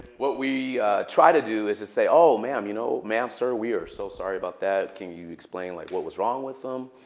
what we try to do is just say, oh, ma'am, you know sir, we are so sorry about that. can you explain like what was wrong with them?